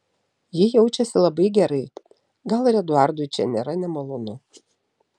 ji jaučiasi labai gerai gal ir eduardui čia nėra nemalonu